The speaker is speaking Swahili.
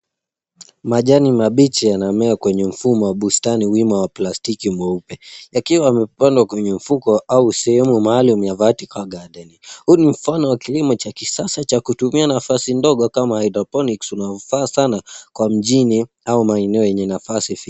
Majani mabichi yanamea kwenye mfumo wa bustani wima ya plastiki nyeupe yakiwa yamepandwa kwenye mfuko au sehemu maalum ya vertical gardening . Huu ni mfano wa kilimo cha kisasa cha kutumia nafasi ndogo kama hydroponics inayofaa sana kwa mjini au maeneo yenye nafasi finyu.